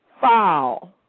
Foul